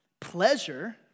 Pleasure